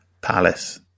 Palace